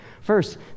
First